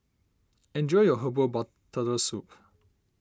enjoy your Herbal Bar Turtle Soup